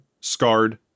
scarred